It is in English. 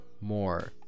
more